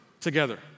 together